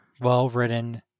well-written